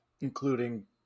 including